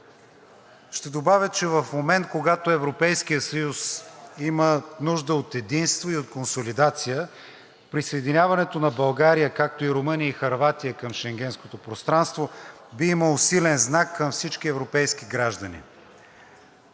Ще добавя, че в момент, когато Европейският съюз има нужда от единство и от консолидация, присъединяването на България, както и Румъния, и Хърватия към Шенгенското пространство, би имало силен знак към всички европейски граждани.